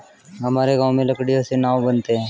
हमारे गांव में लकड़ियों से नाव बनते हैं